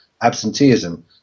absenteeism